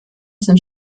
sind